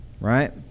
Right